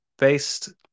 Based